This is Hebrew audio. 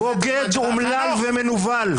בוגד, אומלל ומנוול.